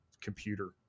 computer